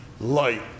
light